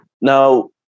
Now